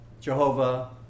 Jehovah